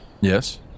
Yes